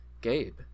Gabe